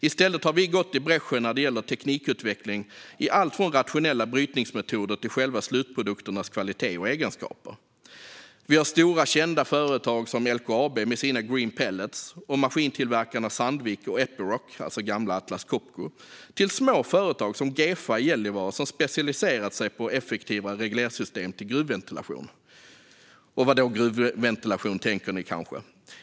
I stället har vi gått i bräschen när det gäller teknikutveckling i allt från rationella brytningsmetoder till själva slutprodukternas kvalitet och egenskaper. Vi har allt från stora kända företag som LKAB med sina green pellets och maskintillverkarna Sandvik och Epiroc, gamla Atlas Copco, till små företag som Gefa System AB i Gällivare som specialiserat sig på effektivare reglersystem till gruvventilation. Vad då, gruvventilation? tänker ni kanske.